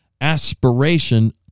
aspiration